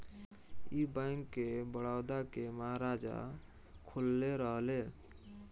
ई बैंक, बड़ौदा के महाराजा खोलले रहले